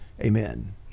Amen